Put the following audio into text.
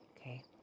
Okay